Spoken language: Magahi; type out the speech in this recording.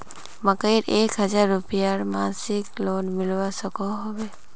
मकईर एक हजार रूपयार मासिक लोन मिलवा सकोहो होबे?